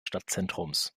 stadtzentrums